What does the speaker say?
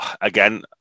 again